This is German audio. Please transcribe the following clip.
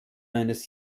eines